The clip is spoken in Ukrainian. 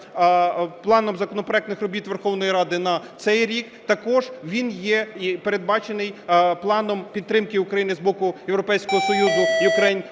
планом законопроектних робіт Верховної Ради на цей рік, також він є передбачений планом підтримки України з боку Європейського Союзу Ukraine